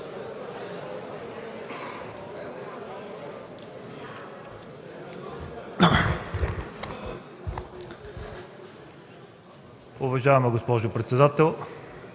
Уважаема госпожо председател,